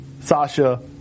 Sasha